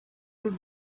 would